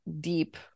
deep